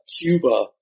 Cuba